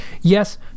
yes